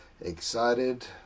excited